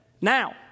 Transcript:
Now